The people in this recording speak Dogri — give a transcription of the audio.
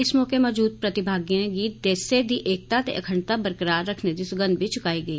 इस मौके मौजूद प्रतिभागिएं गी देसै दी एकता ते अखंडता बरकरार रक्खने दी सगंध बी चुकाई गेई